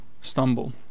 stumble